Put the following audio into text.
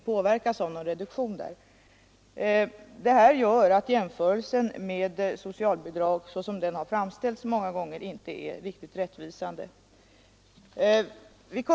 Detta gör att jämförelsen med socialbidragen inte är riktigt rättvisande.